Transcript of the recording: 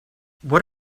what